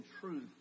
truth